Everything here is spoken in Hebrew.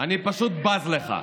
אני פשוט בז לך.